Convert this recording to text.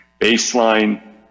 Baseline